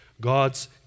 God's